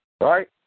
right